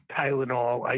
Tylenol